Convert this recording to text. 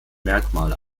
merkmale